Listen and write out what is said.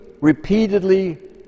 repeatedly